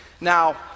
Now